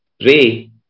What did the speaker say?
pray